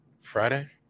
Friday